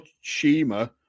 Shima